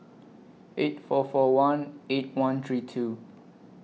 eight four four one eight one three two